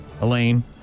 Elaine